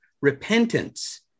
repentance